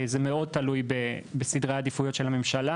זה מאוד תלוי בסדרי העדיפויות של הממשלה